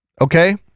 Okay